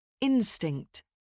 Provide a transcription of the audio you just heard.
Instinct